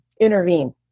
intervene